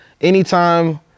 anytime